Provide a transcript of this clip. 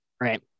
Right